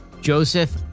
Joseph